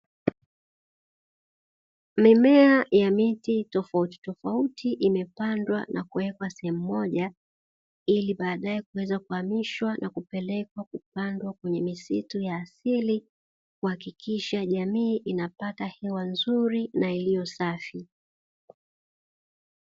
Mimea ya miti tofautitofauti imepandwa na kuwekwa sehemu moja, ili baadaye kuweza kuhamishwa na kupelekwa kupandwa kwenye misitu ya asili ili kuhakikisha jamii inapata hewa nzuri na iliyo safi.